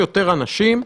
המשרד